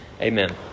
Amen